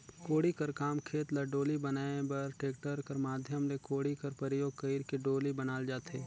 कोड़ी कर काम खेत ल डोली बनाए बर टेक्टर कर माध्यम ले कोड़ी कर परियोग कइर के डोली बनाल जाथे